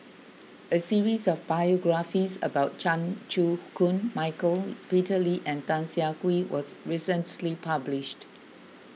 a series of biographies about Chan Chew Koon Michael Peter Lee and Tan Siah Kwee was recently published